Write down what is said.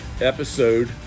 episode